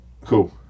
Cool